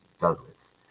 douglas